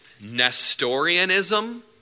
Nestorianism